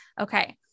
Okay